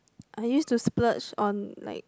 I used to splurge on like